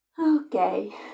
Okay